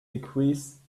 increase